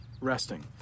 resting